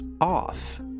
off